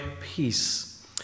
peace